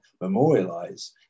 memorialize